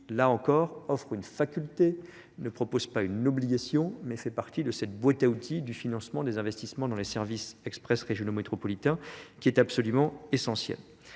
là encore, offre une faculté ne propose pas une obligation mais fait partie de cette boîte à outils du financement des investissements dans les services express régionaux métropolitains est absolument essentiel